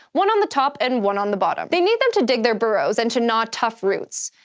one on the top and one on the bottom. they need them to dig their burrows and to gnaw tough roots,